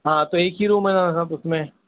ہاں تو ایک ہی روم ہے ہم اُس میں